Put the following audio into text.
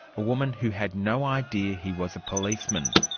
a woman who had no idea he was policeman,